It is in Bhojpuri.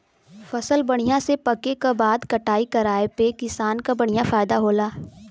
फसल बढ़िया से पके क बाद कटाई कराये पे किसान क बढ़िया फयदा होला